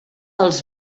els